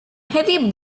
heavy